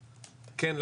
כן,